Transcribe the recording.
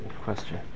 question